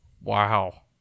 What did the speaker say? Wow